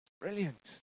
Brilliant